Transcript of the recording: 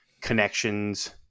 connections